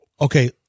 Okay